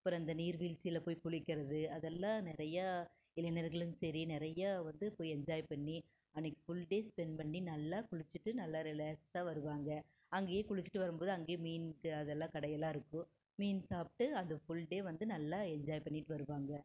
அப்புறம் அந்த நீர்வீழ்ச்சியில போய் குளிக்கிறது அதெல்லாம் நிறையா இளைஞர்களும் சரி நிறையா வந்து போய் என்ஜாய் பண்ணி அன்னக்கு ஃபுல்டே ஸ்பெண்ட் பண்ணி நல்லா குளிச்சிவிட்டு நல்லா ரிலாக்ஸாக வருவாங்க அங்கேயே குளிச்சிவிட்டு வரும்போது அங்கே மீனுக்கு அதெல்லாம் கடையெல்லாம் இருக்கும் மீன் சாப்பிட்டு அந்த ஃபுல்டே வந்து நல்லா என்ஜாய் பண்ணிவிட்டு வருவாங்க